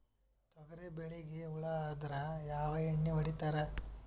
ತೊಗರಿಬೇಳಿಗಿ ಹುಳ ಆದರ ಯಾವದ ಎಣ್ಣಿ ಹೊಡಿತ್ತಾರ?